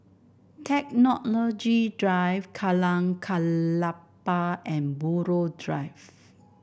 Technology Drive Jalan Klapa and Buroh Drive